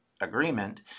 agreement